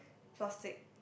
plastic